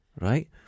Right